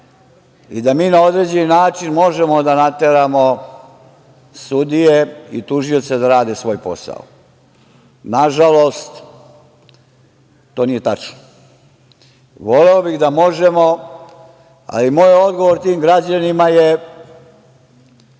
i da mi na određeni način možemo da nateramo sudije i tužioce da rade svoj posao. Na žalost, to nije tačno. Voleo bih da možemo, ali moj odgovor tim građanima je